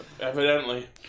Evidently